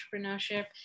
entrepreneurship